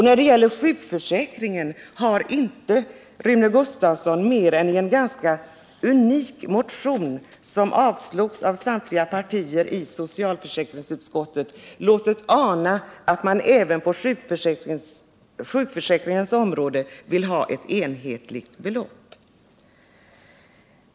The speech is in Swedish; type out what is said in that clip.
När det gäller sjukförsäkringen har inte Rune Gustavsson annat än i en ganska unik motion som avstyrktes av samtliga partier i socialförsäkringsutskottet låtit ana att man även på sjukförsäkringens område vill ha ett enhetligt belopp.